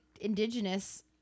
indigenous